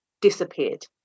disappeared